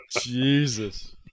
Jesus